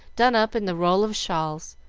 done up in the roll of shawls,